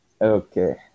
Okay